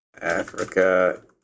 Africa